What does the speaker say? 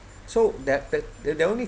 so that that the only